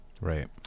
right